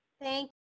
Thank